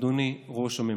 אדוני ראש הממשלה.